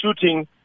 shooting